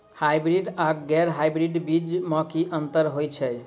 Hybrids आ गैर hybrids बीज म की अंतर होइ अछि?